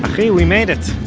achi, we made it!